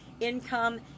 income